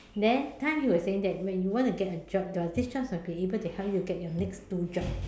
then time he was saying that when you want to get a job your this job must be able to help you get your next two job